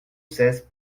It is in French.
seize